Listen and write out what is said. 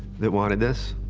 that wanted this.